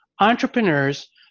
entrepreneurs